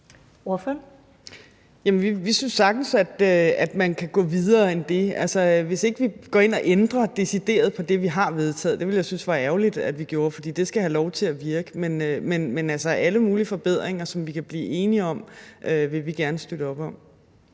Vi synes sagtens, at man kan gå videre end det, hvis vi altså ikke går ind og ændrer decideret på det, vi har vedtaget. Det ville jeg synes var ærgerligt at vi gjorde, for det skal have lov til at virke. Men alle mulige forbedringer, som vi kan blive enige om, vil vi gerne støtte op om.